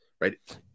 Right